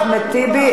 חבר הכנסת אחמד טיבי.